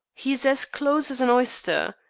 he's as close as an oyster.